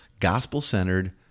gospel-centered